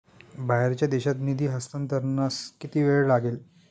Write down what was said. बाहेरच्या देशात निधी हस्तांतरणास किती वेळ लागेल?